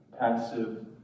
passive